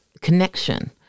connection